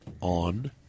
on